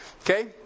Okay